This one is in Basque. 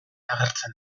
agertzen